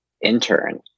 intern